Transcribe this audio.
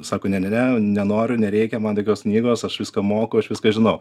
sako ne ne ne nenoriu nereikia man tokios knygos aš viską moku aš viską žinau